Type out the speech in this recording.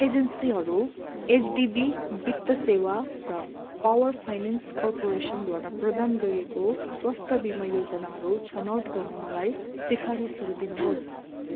एजेन्सीहरू एचडिबी वित्त सेवा र पावर फाइनेन्स कर्पोरेसन द्वारा प्रदान गरिएको स्वास्थ्य बिमा योजनाहरू छनौट गर्न मलाई सिफारिसहरू दिनुहोस्